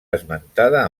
esmentada